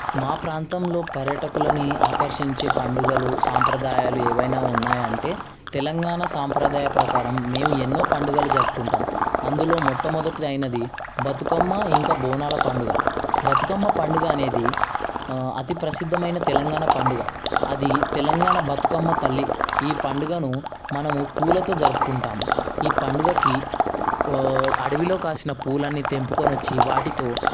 మా ప్రాంతంలో పర్యటకులని ఆకర్షించే పండుగలు సాంప్రదాయాలు ఏవైనా ఉన్నాయంటే తెలంగాణ సాంప్రదాయ ప్రకారం మేము ఎన్నో పండుగలు జరుపుకుంటాం అందులో మొట్టమొదటి అయినది బతుకమ్మ ఇంకా బోనాల పండుగ బతుకమ్మ పండుగ అనేది అతి ప్రసిద్ధమైన తెలంగాణ పండుగ అది తెలంగాణ బతుకమ్మ తల్లి ఈ పండుగను మనము పూలతో జరుపుకుంటాము ఈ పండుగకి అడవిలో కాసిన పూలని తెంపుకొని వచ్చి వాటితో